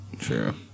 Sure